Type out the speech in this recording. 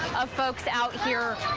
ah folks out here.